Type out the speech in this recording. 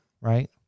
Right